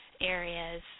areas